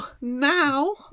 Now